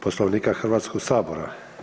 Poslovnika Hrvatskog sabora.